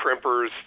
crimpers